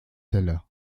zelle